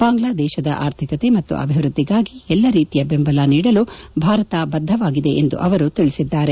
ಬಾಂಗ್ಲಾದೇಶದ ಆರ್ಥಿಕ ಮತ್ತು ಅಭಿವೃದ್ಧಿಗಾಗಿ ಎಲ್ಲ ರೀತಿಯ ಬೆಂಬಲ ನೀಡಲು ಭಾರತ ಬದ್ಧವಾಗಿದೆ ಎಂದು ಅವರು ತಿಳಿಸಿದ್ದಾರೆ